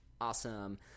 awesome